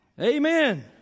Amen